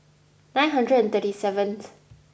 nine hundred and thirty seventh